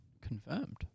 confirmed